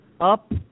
up